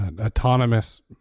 Autonomous